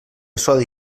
sodi